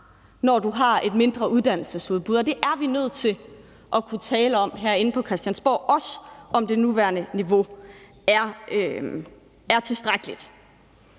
når du har et mindre uddannelsesudbud. Det er vi nødt til at kunne tale om herinde på Christiansborg og også, om det nuværende niveau er tilstrækkeligt.